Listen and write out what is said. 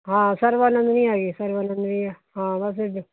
ਹਾਂ ਸਰਵਾਨੰਦ ਨਹੀਂ ਹੈਗੇ ਸਰਵਾਨੰਦ ਨਹੀਂ ਆ ਹਾਂ ਬਸ ਇੱਦਾਂ